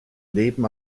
leben